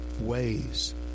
ways